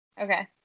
Okay